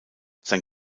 sein